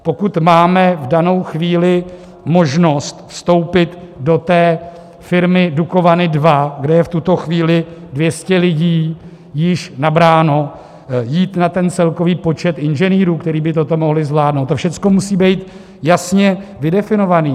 Pokud máme v danou chvíli možnost vstoupit do firmy Dukovany II, kde je v tuto chvíli 200 lidí již nabráno, jít na celkový počet inženýrů, kteří by toto mohli zvládnout, to všecko musí být jasně vydefinováno.